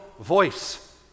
voice